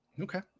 Okay